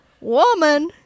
woman